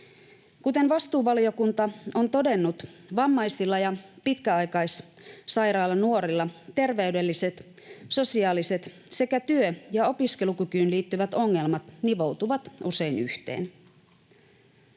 Kuten vastuuvaliokunta on todennut, vammaisilla ja pitkäaikaissairailla nuorilla terveydelliset, sosiaaliset sekä työ- ja opiskelukykyyn liittyvät ongelmat nivoutuvat usein yhteen.